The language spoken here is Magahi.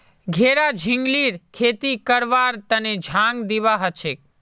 घेरा झिंगलीर खेती करवार तने झांग दिबा हछेक